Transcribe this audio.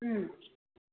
ꯎꯝ